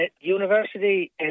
University